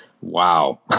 wow